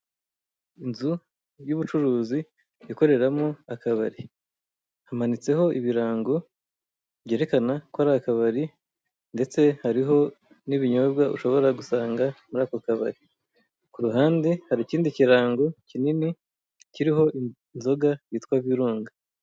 Inzu y'ubucuruzi ikoreramo akabari, hamanitseho ibirango byerekana ko ari akabari ndetse hariho n'ibinyobwa ushobora gusanga muri ako kabari, ku ruhande hari ikindi kirango kinini kiriho inzoga yitwa virunga.